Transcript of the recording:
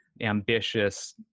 ambitious